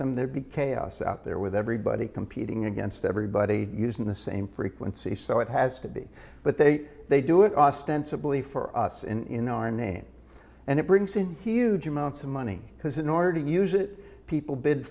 them there'd be chaos out there with everybody competing against everybody using the same frequency so it has to be but they they do it austin simply for us in our name and it brings in huge amounts of money because in order to use it people bid